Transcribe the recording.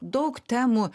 daug temų